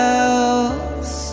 else